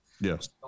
yes